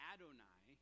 Adonai